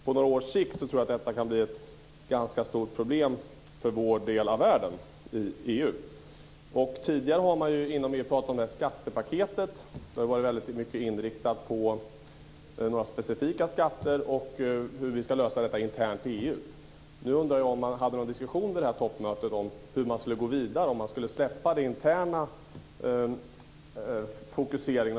På några års sikt tror jag att dessa kan bli ett ganska stort problem i EU. Tidigare har man inom EU diskuterat ett skattepaket som var alldeles för mycket inriktat på några specifika skatter och hur detta problem ska lösas internt i EU. Jag undrar om man hade någon diskussion på toppmötet om att gå vidare och släppa denna interna fokusering.